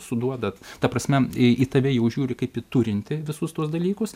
suduodat ta prasme į tave jau žiūri kaip turintį visus tuos dalykus